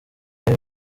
biba